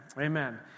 Amen